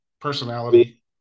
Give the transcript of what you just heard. personality